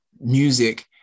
music